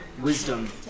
Wisdom